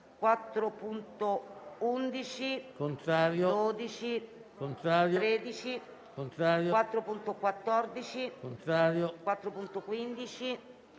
4.11, 4.12, 4.13, 4.14, 4.15,